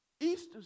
Easter